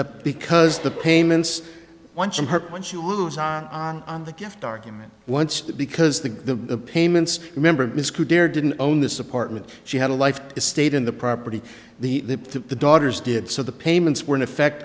that because the payments once in her when she was on on the gift argument once because the payments remember miscue dare didn't own this apartment she had a life estate in the property the the daughters did so the payments were in effect